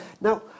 Now